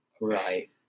Right